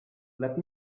let